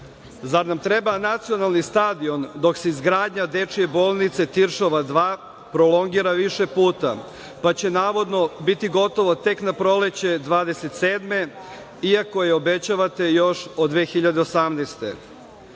Zar nam treba nacionalni stadion dok se izgradnja dečije bolnice "Tiršova 2" prolongira više puta, pa će, navodno, biti gotovo tek na proleće 2027. godine, iako je obećavate još od 2018.